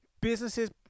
Businesses